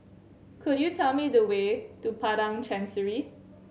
could you tell me the way to Padang Chancery